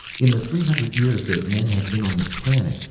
in the three hundred years that men have been on this planet,